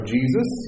Jesus